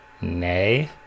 nay